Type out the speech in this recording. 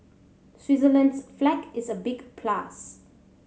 Switzerland's flag is a big plus